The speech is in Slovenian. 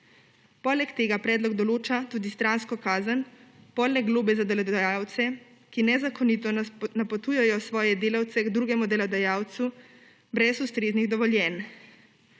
Poleg tega predlog določa tudi stransko kazen poleg globe za delodajalce, ki nezakonito napotujejo svoje delavce k drugemu delodajalcu brez ustreznih dovoljenj.